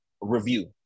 review